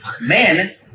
Men